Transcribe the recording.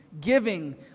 giving